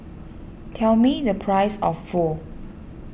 tell me the price of Pho